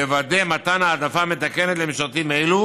"לוודא מתן העדפה מתקנת למשרתים אלו.